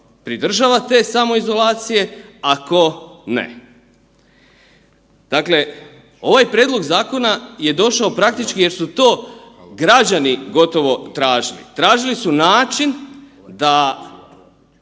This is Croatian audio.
pridržava te samoizolacije, a ko ne. Dakle, ovaj prijedlog zakona je došao praktički jer su to građani gotovo tražili, tražili su način da